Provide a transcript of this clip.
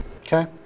Okay